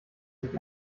sich